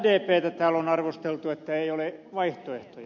sdptä täällä on arvosteltu että ei ole vaihtoehtoja